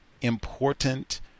important